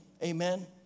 Amen